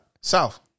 South